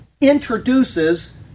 introduces